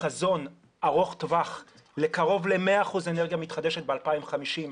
חזון ארוך טווח קרוב ל-100 אחוזים אנרגיה מתחדשת ב-2050,